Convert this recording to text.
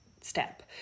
step